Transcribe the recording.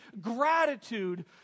gratitude